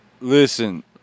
listen